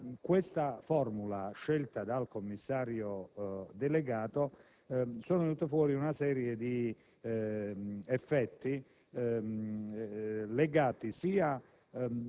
Da questa formula scelta dal Commissario delegato sono scaturiti una serie di effetti legati sia alla